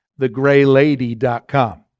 thegraylady.com